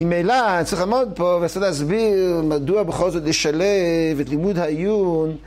ממילא, צריך לעמוד פה וצריך להסביר מדוע בכל זאת לשלב את לימוד העיון